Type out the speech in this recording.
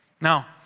Now